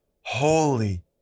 holy